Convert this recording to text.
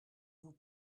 vous